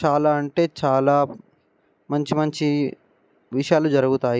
చాలా అంటే చాలా మంచి మంచి విషయాలు జరుగుతాయి